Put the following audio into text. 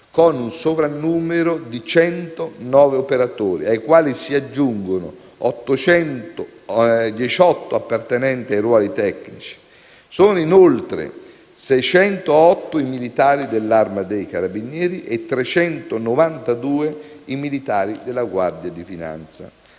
con un sovrannumero di 109 operatori, ai quali si aggiungono 18 appartenenti ai ruoli tecnici. Sono presenti, inoltre, 608 militari dell'Arma dei carabinieri e 392 militari della Guardia di finanza.